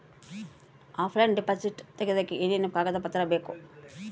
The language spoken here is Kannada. ಆಫ್ಲೈನ್ ಡಿಪಾಸಿಟ್ ತೆಗಿಯೋದಕ್ಕೆ ಏನೇನು ಕಾಗದ ಪತ್ರ ಬೇಕು?